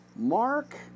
Mark